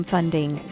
Funding